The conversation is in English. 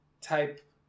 type